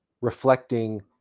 reflecting